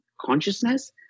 consciousness